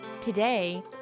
Today